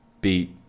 beat